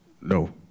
No